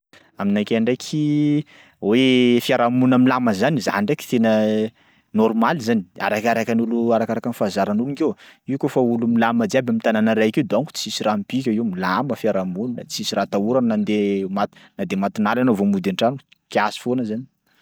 Aminakay ndraiky hoe fiarahamonina milamina zany, zany ndraiky tena normaly zany, arakarakan'olo arakaraka ny fahazaran'olo nkeo io kaofa olo milamina jiaby am'tanana raiky io donko tsisy raha mipika io milamina fiarahamonina tsisy raha atahora na nde ma- na de matonaly anao vao mody an-trano, kiasy foana zany.